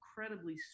incredibly